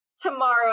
tomorrow